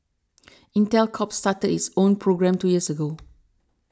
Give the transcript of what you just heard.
Intel Corp started its own program two years ago